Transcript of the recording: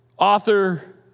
author